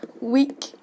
week